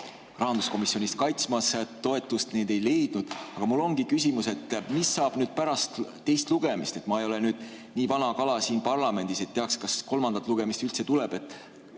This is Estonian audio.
rahanduskomisjonis kaitsmas, aga toetust need ei leidnud. Mul ongi küsimus, et mis saab pärast teist lugemist. Ma ei ole nii vana kala siin parlamendis, et teaks, kas kolmandat lugemist üldse tuleb.